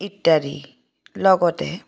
ইত্যাদি লগতে